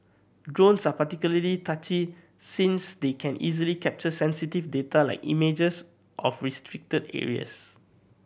drones are particularly touchy since they can easily capture sensitive data like images of restricted areas